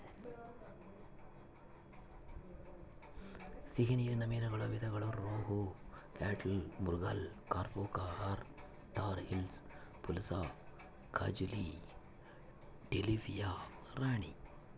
ಸಿಹಿ ನೀರಿನ ಮೀನುಗಳ ವಿಧಗಳು rohu, catla, mrigal, carp tor, tor hilsa, ಪುಲಸ, ಕಾಜುಲಿ, ಟಿಲಾಪಿಯಾ ರಾಣಿ